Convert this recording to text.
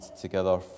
together